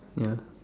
ya